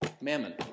Mammon